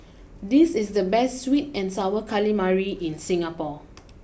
this is the best sweet and Sour Calamari in Singapore